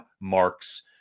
marks